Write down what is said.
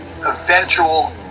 eventual